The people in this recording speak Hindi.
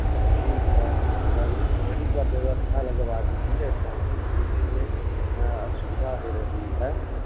अच्छा ठीक है पहले पानी का व्यवस्था लगवा दीजिए पानी पीने में आसुविधा हो रही है